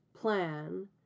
plan